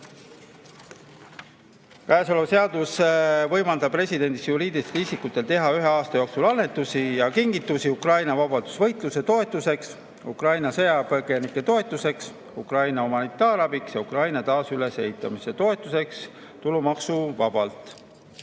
Seadus võimaldab residendist juriidilistel isikutel teha ühe aasta jooksul annetusi ja kingitusi Ukraina vabadusvõitluse toetuseks, Ukraina sõjapõgenike toetuseks, Ukraina humanitaarabiks ja Ukraina taasülesehitamise toetuseks tulumaksuvabalt.